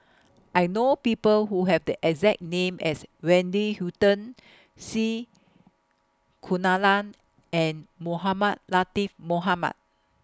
I know People Who Have The exact name as Wendy Hutton C Kunalan and Mohamed Latiff Mohamed